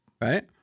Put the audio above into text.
Right